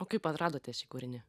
o kaip atradote šį kūrinį